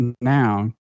now